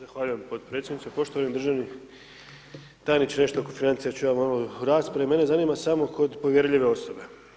Zahvaljujem podpredsjedniče, poštovani državni tajniče, nešto oko financija ću ja malo u raspravi, mene zanima samo kod povjerljive osobe.